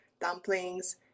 dumplings